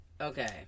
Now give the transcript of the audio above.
Okay